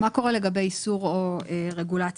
מה קורה לגבי איסור או רגולציה?,